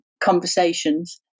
conversations